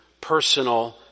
personal